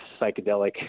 psychedelic